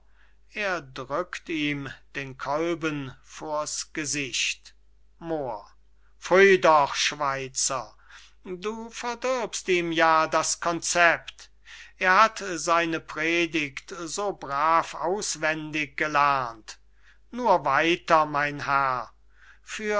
moor pfui doch schweizer du verdirbst ihm ja das koncept er hat seine predigt so brav auswendig gelernt nur weiter mein herr